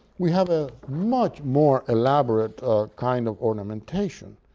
we have a much more elaborate kind of ornamentation.